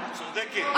את צודקת.